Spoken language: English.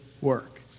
work